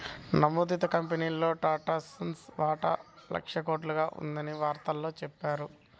నమోదిత కంపెనీల్లో టాటాసన్స్ వాటా లక్షల కోట్లుగా ఉందని వార్తల్లో చెప్పారు